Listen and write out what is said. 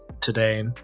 today